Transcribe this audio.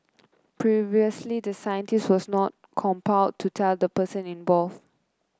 previously the scientist was not compelled to tell the person involved